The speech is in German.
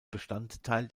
bestandteil